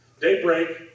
Daybreak